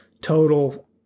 total